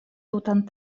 tutan